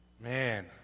Man